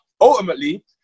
ultimately